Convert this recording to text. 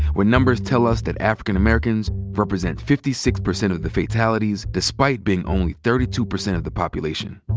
where numbers tell us that african americans represent fifty six percent of the fatalities, despite being only thirty two percent of the population.